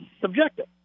subjective